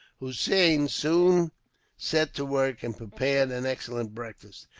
hossein soon set to work, and prepared an excellent breakfast.